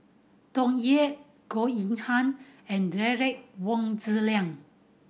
Tsung Yeh Goh Yihan and Derek Wong Zi Liang